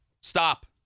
stop